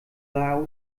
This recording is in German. são